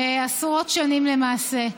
עשרות שנים, למעשה,